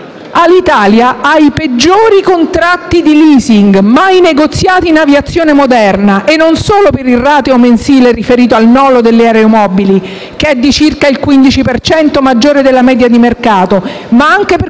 Alitalia ha i peggiori contratti di *leasing* mai negoziati in aviazione moderna e non solo per il rateo mensile riferito al nolo degli aeromobili che è di circa il 15 per cento maggiore della media di mercato, ma anche per